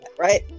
Right